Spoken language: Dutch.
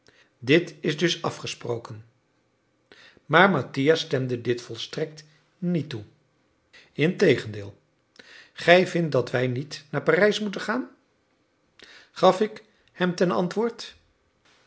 dit is dus afgesproken maar mattia stemde dit volstrekt niet toe integendeel gij vindt dat wij niet naar parijs moeten gaan gaf ik hem ten antwoord